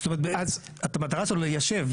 המטרה שלו ליישב,